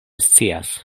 scias